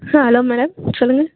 ஆ hello madam சொல்லுங்கள்